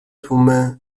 tłumy